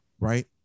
Right